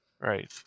right